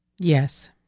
Yes